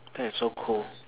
that is so cool